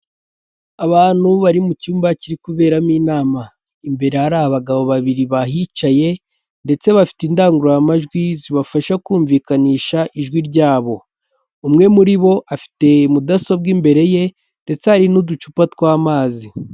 Abantu bari mu cyumba kiri kuberamo inama, imbere hari abagabo babiri bahicaye ndetse bafite indangururamajwi zibafasha kumvikanisha ijwi ryabo, umwe muri bo afite mudasobwa imbere ye ndetse hari n'uducupa tw’amazi.